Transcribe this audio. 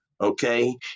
Okay